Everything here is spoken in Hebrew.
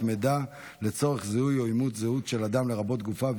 מידע לצורך זיהוי או אימות זהות של אדם לרבות גופה,